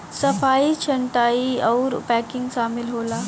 सफाई छंटाई आउर पैकिंग सामिल होला